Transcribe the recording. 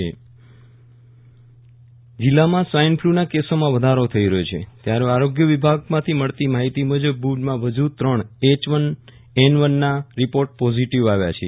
Viral Rana swine flu જિલ્લામાં swine flu ના કેસોમાં વધારો થઇ રહ્યો છે ત્યારે આરોગ્ય વિભાગમાંથી મળતી માહિતી મુજબ ભુજમાં વધુ ત્રણ એચવન એનવનના રિપોર્ટ પોઝિટિવ આવ્યા છે